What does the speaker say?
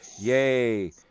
yay